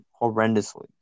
horrendously